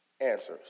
answers